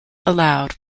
allowed